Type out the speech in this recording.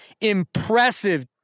Impressive